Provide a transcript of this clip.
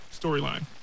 storyline